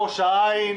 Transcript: ראש העין,